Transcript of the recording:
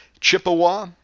Chippewa